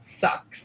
sucks